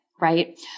right